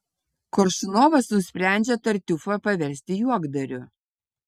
koršunovas nusprendžia tartiufą paversti juokdariu